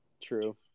True